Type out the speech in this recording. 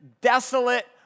desolate